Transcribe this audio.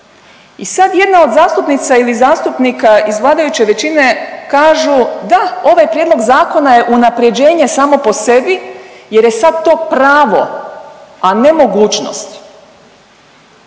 I sad jedna od zastupnica ili zastupnika iz vladajuće većine kažu, da ovaj prijedlog zakona je unaprjeđenje samo po sebi jer je sad to pravo, a ne mogućnost.